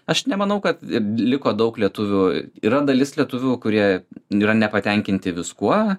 aš nemanau kad liko daug lietuvių yra dalis lietuvių kurie yra nepatenkinti viskuo